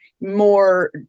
more